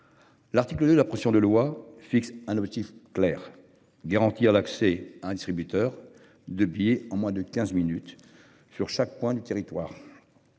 L'article de la pression de loi fixe un objectif clair, garantir l'accès à un distributeur de billets en moins de 15 minutes sur chaque point du territoire.